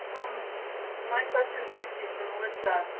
um my question's actually for melissa.